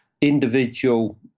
individual